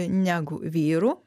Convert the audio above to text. negu vyrų